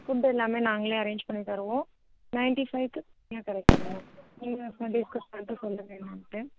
food எல்லாமே நாங்களே arrange பண்ணி தருவோம் நைன்ட்டி ஃபைவ்க்கு கரெக்டாக இருக்கும் மேம் நீங்கள் டிஸ்கஸ் பண்ணிவிட்டு சொல்லுங்க என்னன்டு